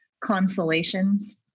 consolations